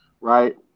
right